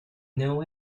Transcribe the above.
know